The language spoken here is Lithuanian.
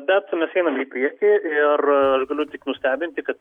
bet mes einam į priekį ir aš galiu tik nustebinti kad